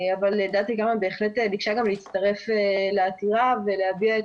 אבל דלית אל כרמל בהחלט ביקשה גם להצטרף לעתירה ולהביע את